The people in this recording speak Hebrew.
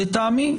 לטעמי,